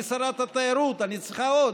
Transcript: אני שרת התיירות, אני צריכה עוד,